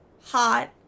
hot